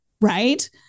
right